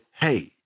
hey